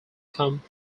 come